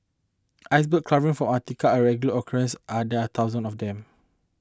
Icebergs calving from Antarctica are a regular occurrence and there are thousands of them